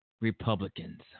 Republicans